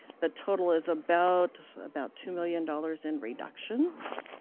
the total is about about two million dollars in reductions.